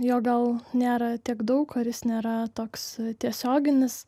jo gal nėra tiek daug ar jis nėra toks tiesioginis